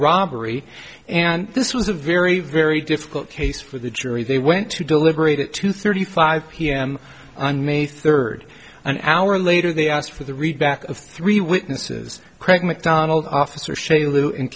robbery and this was a very very difficult case for the jury they went to deliberate at two thirty five pm on may third an hour later they asked for the read back of three witnesses pregnant donald officer show you